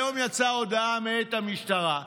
היום יצאה הודעה מאת המשטרה,